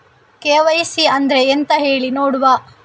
KYC ಅಂದ್ರೆ ಎಂತ ಹೇಳಿ ನೋಡುವ?